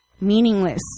meaningless